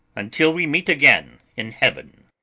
until we meet again in heaven.